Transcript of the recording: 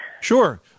Sure